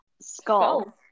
skull